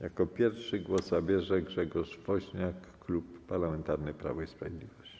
Jako pierwszy głos zabierze Grzegorz Woźniak, Klub Parlamentarny Prawo i Sprawiedliwość.